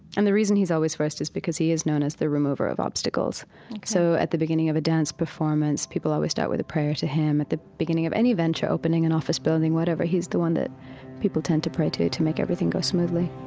and the reason he's always first is because he is known as the remover of obstacles ok so at the beginning of a dance performance, people always start with a prayer to him. at the beginning of any venture, opening an office building, whatever, he's the one that people tend to pray to, to make everything go smoothly